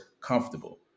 comfortable